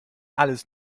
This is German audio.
alles